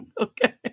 okay